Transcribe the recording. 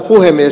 puhemies